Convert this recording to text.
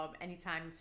anytime